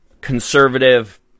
conservative